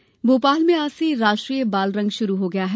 बालरंग भोपाल में आज से राष्ट्रीय बालरंग शुरू हो गया है